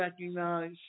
recognize